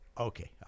Okay